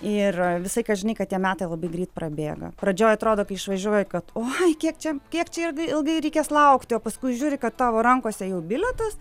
ir visą laiką žinai ką tie metai labai greit prabėga pradžioj atrodo kai išvažiuoji kad oi kiek čia kiek čia irgai ilgai reikės laukti o paskui žiūri kad tavo rankose jau bilietas